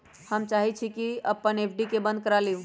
हम चाहई छी कि अपन एफ.डी बंद करा लिउ